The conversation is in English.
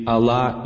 Allah